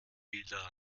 bilder